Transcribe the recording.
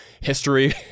history